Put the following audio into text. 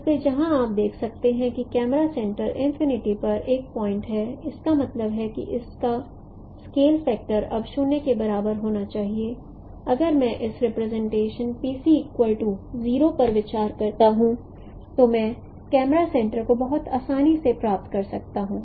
इसलिए जहां आप देख सकते हैं कि कैमरा सेंटर इनफिनिटी पर एक पॉइंट् है इसका मतलब है कि इसका स्केल फैक्टर अब 0 के बराबर होना चाहिए अगर मैं इस रिप्रेजेंटेशन PC 0 पर विचार करता हूं तो मैं कैमरा सेंटर को बहुत आसानी से प्राप्त कर सकता हूं